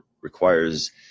requires